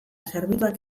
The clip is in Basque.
zerbitzuak